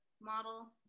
model